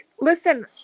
listen